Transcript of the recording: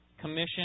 commission